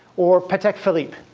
or patek phillippe,